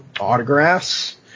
autographs